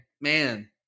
man